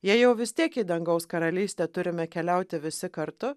jei jau vis tiek į dangaus karalystę turime keliauti visi kartu